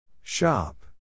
Shop